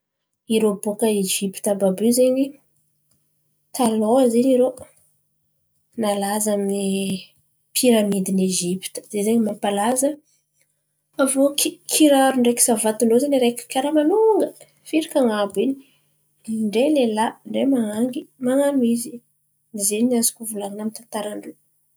Irô baka Ezipity àby io zen̈y taloha zen̈y irô nalaza amy ny pieramidy ny Ezipity zen̈y zen̈y nampalaza. Avô ki- kiraro ndreky savaty ndrô zen̈y karà manongafiraka an̈ambo in̈y. Indray lelahy, ndray man̈angy man̈ano izy zen̈y ny azoko volan̈iny amin-tantara ndrô.